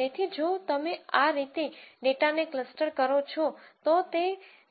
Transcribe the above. તેથી જો તમે આ રીતે ડેટાને ક્લસ્ટર કરો છો તો તે